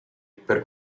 per